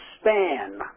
span